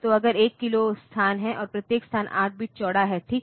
तो अगर 1K स्थान हैं और प्रत्येक स्थान 8 बिट चौड़ा है ठीक